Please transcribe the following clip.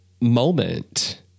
moment